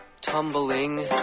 tumbling